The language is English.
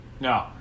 No